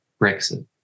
Brexit